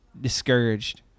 discouraged